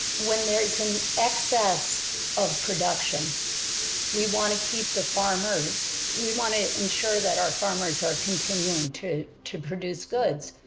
when there's an excess of production we want to keep the farmers, we want to ensure that our farmers are continuing to, to produce goods.